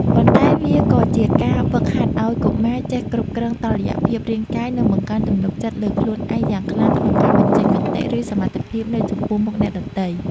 ប៉ុន្តែវាក៏ជាការហ្វឹកហាត់ឱ្យកុមារចេះគ្រប់គ្រងតុល្យភាពរាងកាយ និងបង្កើនទំនុកចិត្តលើខ្លួនឯងយ៉ាងខ្លាំងក្នុងការបញ្ចេញមតិ ឬសមត្ថភាពនៅចំពោះមុខអ្នកដទៃ។